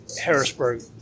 Harrisburg